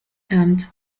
and